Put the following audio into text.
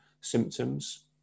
symptoms